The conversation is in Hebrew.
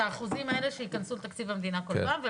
האחוזים האלה שייכנסו לתקציב המדינה כל פעם.